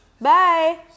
Bye